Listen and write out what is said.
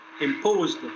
imposed